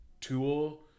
tool